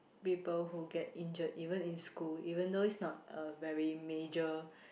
people who get injured even in school even though it's not a very major